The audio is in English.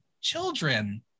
children